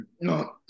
No